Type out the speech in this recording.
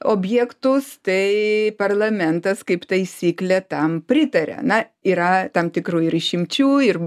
objektus tai parlamentas kaip taisyklė tam pritaria na yra tam tikrų ir išimčių ir